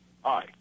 hi